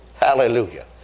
Hallelujah